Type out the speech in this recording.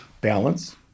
balance